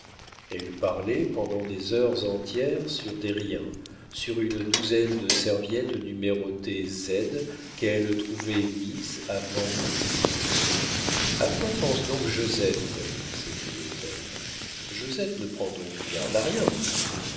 elle parlait pendant des heures entières sur des riens sur une douzaine de serviettes numérotées z qu'elle trouvait mises avant l'o a quoi pense donc josette s'écriait-elle josette ne prend donc garde à rien